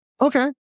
Okay